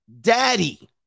daddy